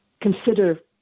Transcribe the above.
consider